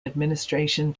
administration